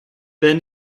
been